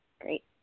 Great